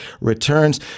returns